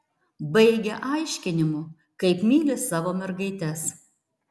baigia aiškinimu kaip myli savo mergaites